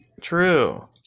True